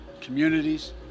communities